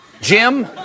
Jim